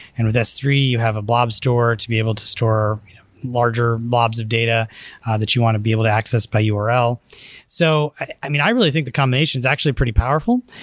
and with s three, you have a blob store to be able to store larger blobs of data that you want to be able to access by url. so, i mean, i really think the combination is actually pretty powerful.